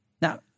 Now